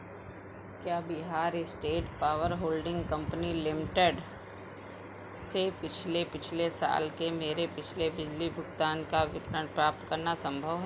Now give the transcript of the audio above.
क्या Bihar state power holding company limited से पिछले पिछले साल के मेरे पिछले बिजली भुगतान का विवरण प्राप्त करना संभव है